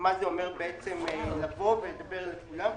מה זה אומר לבוא ולדבר אל כולם.